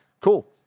cool